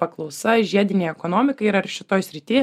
paklausa žiedinei ekonomikai ir ar šitoj srity